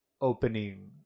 opening